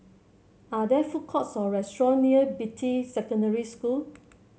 are there food courts or restaurants near Beatty Secondary School